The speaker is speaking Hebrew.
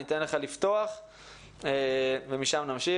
אני אתן לך לפתוח ומשם נמשיך.